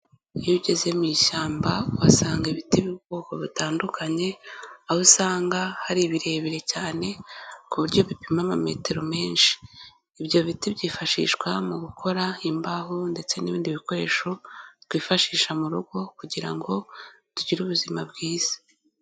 Iyo ugeze mu ishyamba uhasanga ibiti by'ubwoko butandukanye, aho usanga hari ibirebire cyane ku buryo bipima ama metero menshi, ibyo biti byifashishwa mu gukora imbaho ndetse n'ibindi bikoresho twifashisha mu rugo kugira ngo tugire ubuzima bwiza.